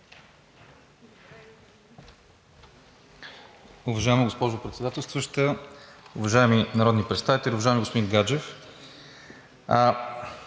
Уважаема госпожо Председател, уважаеми народни представители! Уважаеми господин Гаджев,